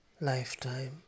lifetime